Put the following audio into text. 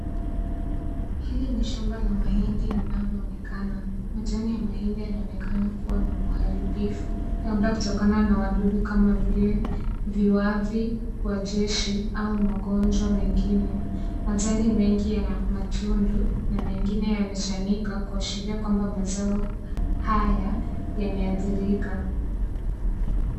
Hili ni shamba la mahindi linaloonekana. Majani ya mahindi yanaonekana kuwa na uharibifu, labda kutokana na wadudu kama vile viwavi, wajeshi au magonjwa mengine. Majani mengi yana matundu, na mengine yamechanika kuashiria kwamba mazao haya yameathirika.